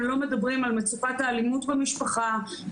לא מדברים על מצוקת האלימות במשפחה,